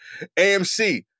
AMC